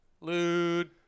Lude